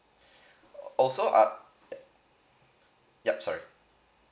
also up there yup sorry